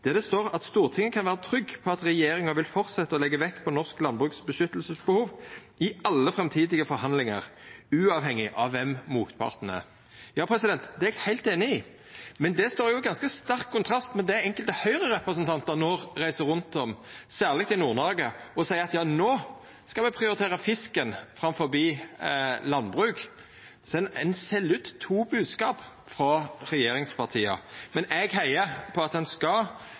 der det står: «Stortinget kan være trygg på at regjeringen vil fortsette å legge vekt på norsk landbruks beskyttelsesbehov i alle fremtidige forhandlinger, uavhengig av hvem motparten er.» Ja, det er eg heilt einig i. Men det står jo i ganske sterk kontrast til det enkelte Høgre-representantar no reiser rundt med, særleg i Nord-Noreg, der dei seier at no skal me prioritera fisken framfor landbruket. Så ein sel ut to bodskap frå regjeringspartia. Eg heiar på at ein skal